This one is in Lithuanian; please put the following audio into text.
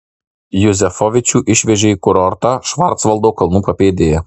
juzefovičių išvežė į kurortą švarcvaldo kalnų papėdėje